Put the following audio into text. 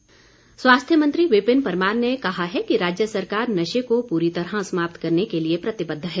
परमार स्वास्थ्य मंत्री विपिन परमार ने कहा है कि राज्य सरकार नशे को पूरी तरह समाप्त करने के लिए प्रतिबद्ध है